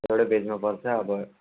एउटै ब्याचमा पर्छ अब